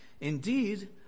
Indeed